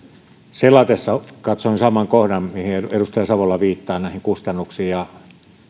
selatessani katsoin saman kohdan näistä kustannuksista kuin mihin edustaja savola viittaa ja siellä lukee